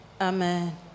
amen